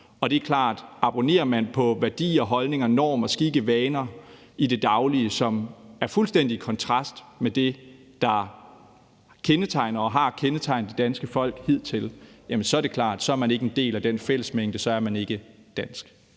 Det er klart, at abonnerer man på værdier, holdninger, normer, skikke, vaner i det daglige, som er fuldstændig i kontrast med det, der kendetegner og har kendetegnet det danske folk hidtil, så er man ikke en del af den fællesmængde, og så er man ikke dansk.